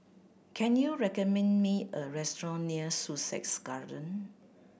can you recommend me a restaurant near Sussex Garden